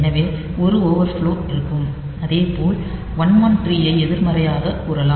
எனவே ஒரு overflow இருக்கும் அதேபோல் 113 ஐ எதிர்மறையாகக் கூறலாம்